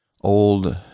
old